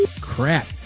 Crap